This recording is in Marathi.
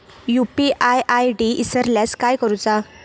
यू.पी.आय आय.डी इसरल्यास काय करुचा?